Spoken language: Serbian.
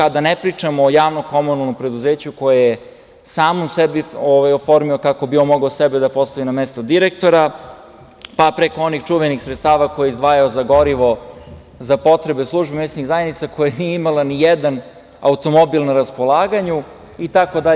Da ne pričam o JKP koje je samom sebi oformio kako bi on mogao sebe da postavi na mesto direktora, pa preko onih čuvenih sredstava koje je izdvajao za gorivo za potrebe službe mesne zajednice koja nije imala nijedan automobil na raspolaganju itd.